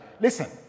listen